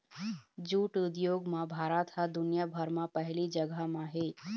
jute उद्योग म भारत ह दुनिया भर म पहिली जघा म हे